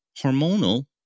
hormonal